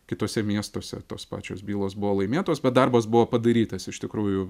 kituose miestuose tos pačios bylos buvo laimėtos bet darbas buvo padarytas iš tikrųjų